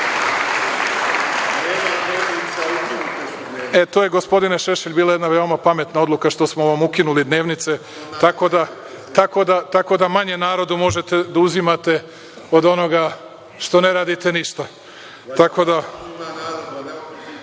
to je, gospodine Šešelj, bila jedna veoma pametna odluka, što smo vam ukinuli dnevnice, tako da manje narodu možete da uzimate od onoga što ne radite ništa.(Vojislav